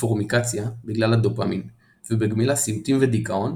ופורמיקציה בגלל הדופמין ובגמילה סיוטים ודכאון,